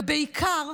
ובעיקר,